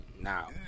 now